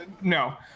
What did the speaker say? No